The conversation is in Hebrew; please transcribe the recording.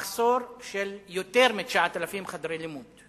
מחסור של יותר מ-9,000 חדרי לימוד.